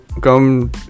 come